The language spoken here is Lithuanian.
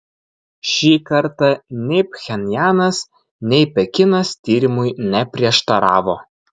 šį kartą nei pchenjanas nei pekinas tyrimui neprieštaravo